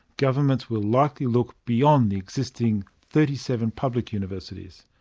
government will likely look beyond the existing thirty seven public universities.